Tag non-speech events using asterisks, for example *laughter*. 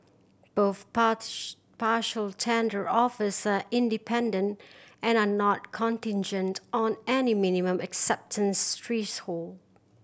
both *unintelligible* partial tender offers are independent and are not contingent on any minimum acceptance threshold